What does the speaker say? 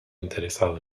interesado